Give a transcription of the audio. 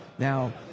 Now